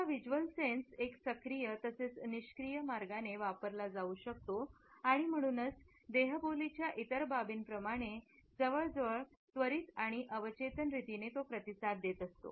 आपला visual sense एक सक्रिय तसेच निष्क्रिय मार्गाने वापरला जाऊ शकतो आणि म्हणूनच देहबोलीच्या इतर बाबींप्रमाणे जवळजवळ त्वरित आणि अवचेतन रीतीने तो प्रतिसाद देत असतो